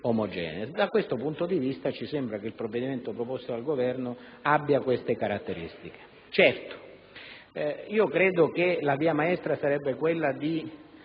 Da questo punto di vista riteniamo che il provvedimento presentato dal Governo abbia queste caratteristiche. Certo, credo che la via maestra sarebbe quella di